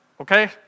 okay